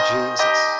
Jesus